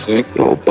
no